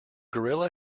gorilla